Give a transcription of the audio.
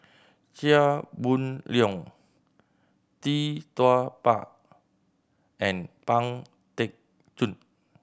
Chia Boon Leong Tee Tua Ba and Pang Teck Joon